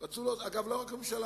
אגב, לא רק הממשלה